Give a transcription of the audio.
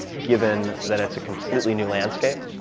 given that it's a completely new landscape,